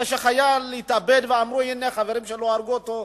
כשחייל התאבד ואמרו: החברים שלו הרגו אותו,